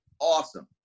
awesome